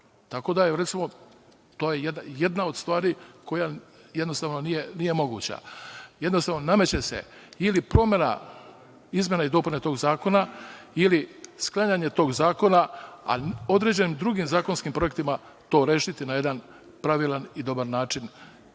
To je jedna od stvari koja jednostavno nije moguća. Nameće se, ili promena izmene i dopune tog zakona, ili sklanjanje tog zakona, a određen drugim zakonskim projektima to rešiti na jedan pravilan i dobar način.